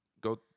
Go